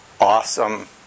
awesome